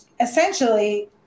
essentially